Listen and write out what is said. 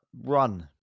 run